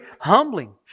humbling